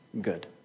good